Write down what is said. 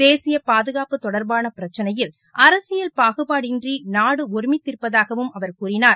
தேசிய பாதுகாப்பு தொடர்பான பிரச்சினையில் அரசியல் பாகுபாடின்றி நாடு ஒருமித்திருப்பதாகவும் அவர் கூறினார்